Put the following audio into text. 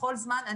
בכל זמן.